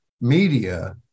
media